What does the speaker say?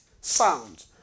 sound